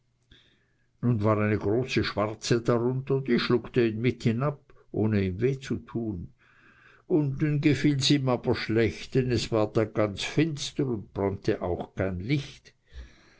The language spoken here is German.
nun war eine große schwarze darunter die schluckte ihn mit hinab ohne ihm weh zu tun unten gefiels ihm aber schlecht denn es war da ganz finster und brannte auch kein licht